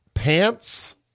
Pants